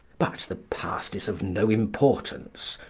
but the past is of no importance.